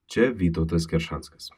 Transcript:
čia vytautas keršanskas